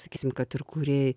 sakysim kad ir kūrėjai